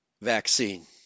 vaccine